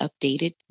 updated